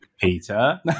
Peter